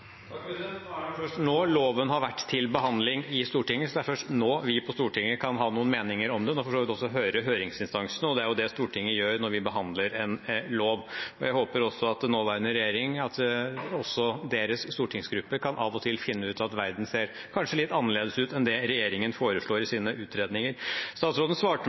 først nå loven har vært til behandling i Stortinget, så det er først nå vi på Stortinget kan ha noen meninger om det og for så vidt også høre høringsinstansene, og det er jo det Stortinget gjør når vi behandler en lov. Jeg håper at også nåværende regjerings stortingsgruppe av og til kan finne ut at verden kanskje ser litt annerledes ut enn det regjeringen foreslår i sine utredninger. Statsråden svarte meg